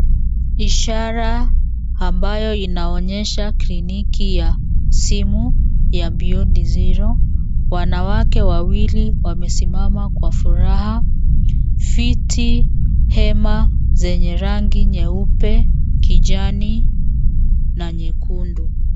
Ishara ambayo inayoonyesha kliniki ya simu ya Beyond Zero . Wanawake wawili wamesimama kwa furaha, viti, hema zenye rangi nyeupe, kijani na nyekundu.